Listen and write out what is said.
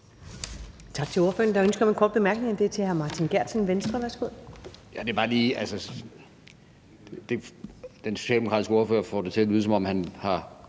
Tak til ordføreren. Der er ønske om en kort bemærkning og det er fra hr. Martin Geertsen, Venstre. Værsgo. Kl. 14:54 Martin Geertsen (V): Den socialdemokratiske ordfører får det til at lyde, som om han har